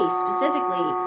specifically